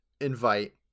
invite